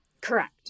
correct